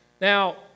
Now